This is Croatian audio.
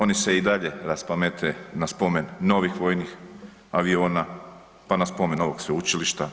Oni se i dalje raspamete na spomen novih vojnih aviona, pa na spomen ovog sveučilišta.